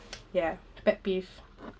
ya pet peeve